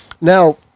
Now